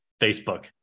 Facebook